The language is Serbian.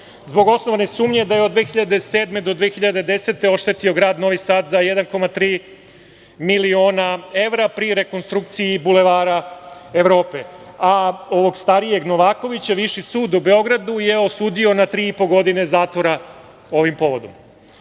zbog osnovanje sumnje da je od 2007. do 2010. godine oštetio grad Novi Sad za 1,3 miliona evra, pri rekonstrukciji Bulevara Evrope. Starijeg Novakovića Viši sud u Beogradu je osudio na tri i po godine zatvora ovim povodom. Što